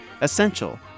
essential